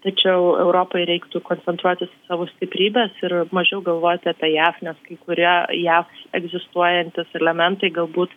tačiau europai reiktų koncentruotis į savo stiprybes ir mažiau galvoti apie jav nes kai kurie jav egzistuojantys elementai galbūt